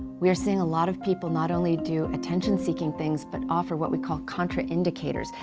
we are seeing a lot of people not only do attention seeking things, but offer what we call contra indicators.